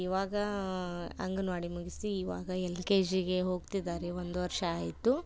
ಇವಾಗ ಅಂಗನವಾಡಿ ಮುಗಿಸಿ ಇವಾಗ ಎಲ್ ಕೆ ಜಿಗೆ ಹೋಗ್ತಿದ್ದಾರೆ ಒಂದು ವರ್ಷ ಆಯಿತು